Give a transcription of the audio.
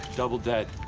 double dead.